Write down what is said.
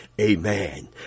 Amen